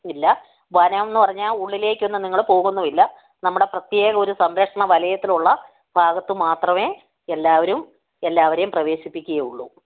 ഇല്ല വനമെന്നു പറഞ്ഞാല് ഉള്ളിലേക്കൊന്നും നിങ്ങള് പോകുന്നുമില്ല നമ്മുടെ പ്രത്യേക ഒരു സംരക്ഷണ വലയത്തിലുള്ള ഭാഗത്ത് മാത്രമേ എല്ലാവരും എല്ലാവരെയും പ്രവേശിപ്പിക്കയുള്ളു